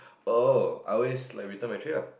oh I always like return my tray lah